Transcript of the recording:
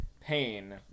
pain